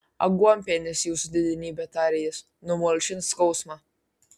aguonpienis jūsų didenybe tarė jis numalšins skausmą